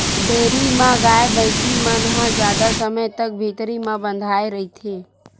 dairy म गाय, भइसी मन ह जादा समे तक भीतरी म बंधाए रहिथे